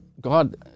God